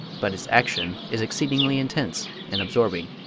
but its action is exceedingly intense and absorbing.